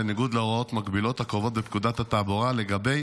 בניגוד להוראות מקבילות הקבועות בפקודת התעבורה לגבי